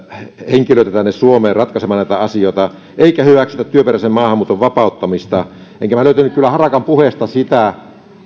henkilöitä tänne suomeen ratkaisemaan näitä asioita eikä hyväksytä työperäisen maahanmuuton vapauttamista enkä minä kyllä löytänyt harakan puheesta sitä